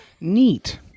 neat